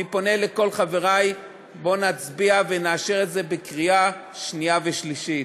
אני פונה אל כל חברי: בואו נצביע ונאשר את זה בקריאה שנייה ושלישית.